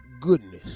Goodness